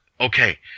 Okay